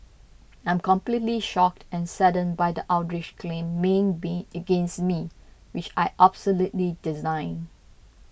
I'm completely shocked and saddened by the outrageous claims made being against me which I absolutely